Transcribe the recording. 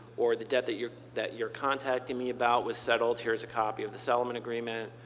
or the debt that you're that you're contacting me about was settled. here's a copy of the settlement agreement,